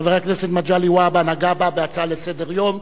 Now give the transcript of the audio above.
חבר הכנסת מגלי והבה נגע בה בהצעה לסדר-היום.